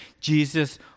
Jesus